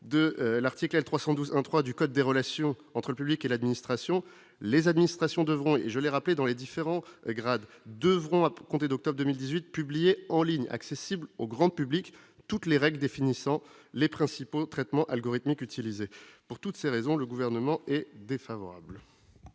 de l'article L 312 3 du code des relations entre public et l'administration, les administrations devront et je l'ai rappelé dans les différents grades devront a pu compter d'octobre 2018 publiée en ligne accessible au grand public, toutes les règles définissant les principaux traitements algorithmique utilisé pour toutes ces raisons, le gouvernement est défavorable.